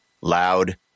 loud